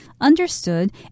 understood